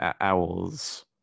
owls